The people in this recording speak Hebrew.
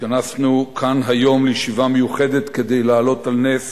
התכנסנו כאן היום לישיבה מיוחדת כדי להעלות על נס